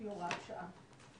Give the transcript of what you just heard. שבארצות-הברית,